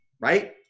Right